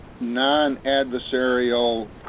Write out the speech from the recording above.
non-adversarial